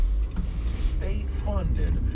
state-funded